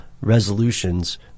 resolutions